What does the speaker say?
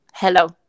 Hello